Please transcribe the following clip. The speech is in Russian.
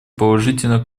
положительного